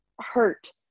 hurt